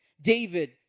David